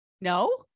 No